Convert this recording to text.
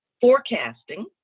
forecasting